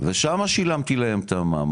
ושם שילמתי להם את המע"מ,